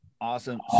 Awesome